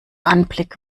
anblick